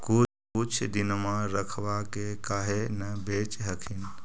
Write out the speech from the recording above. कुछ दिनमा रखबा के काहे न बेच हखिन?